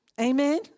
Amen